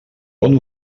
bon